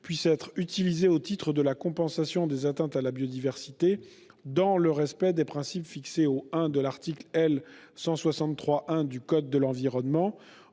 puissent être utilisés au titre de la compensation des atteintes à la biodiversité, dans le respect des principes fixés au I de l'article L. 163-1 du code de l'environnement.